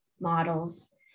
models